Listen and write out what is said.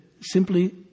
simply